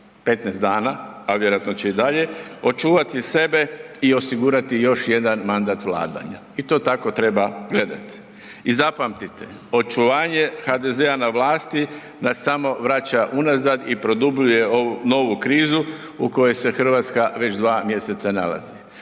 15 dana a vjerojatno će i dalje, očuvati sebe i osigurati još jedan mandat vladanja i to tako treba gledat. I zapamtite, očuvanje HDZ-a na vlasti nas samo vraća unazad i produbljuje ovu novu krizu u kojoj se Hrvatska već 2. mj. nalazi.